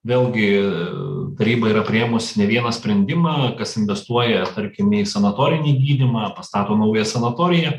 vėlgi taryba yra priėmusi ne vieną sprendimą kas investuoja tarkime į sanatorinį gydymą pastato naują sanatoriją